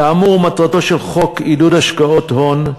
כאמור, מטרתו של חוק עידוד השקעות הון,